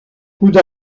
coude